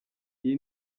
iyi